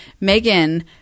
Megan